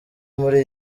muri